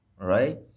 right